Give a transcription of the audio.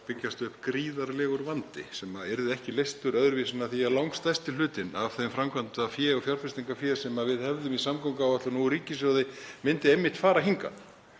byggjast upp gríðarlegur vandi sem yrði ekki leystur öðruvísi en með því að langstærsti hlutinn af því framkvæmdafé og fjárfestingarfé sem við hefðum í samgönguáætlun úr ríkissjóði myndi einmitt fara hingað.